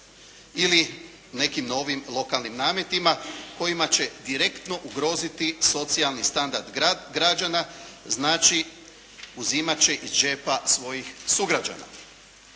Ili nekim novim lokalnim nametima kojima će direktno ugroziti socijalni standard građana. Znači uzimat će iz džepa svojih sugrađana.